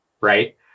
right